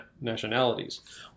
nationalities